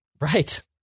Right